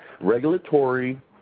regulatory